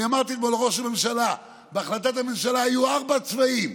אני אמרתי אתמול לראש הממשלה: בהחלטת הממשלה היו ארבעה צבעים,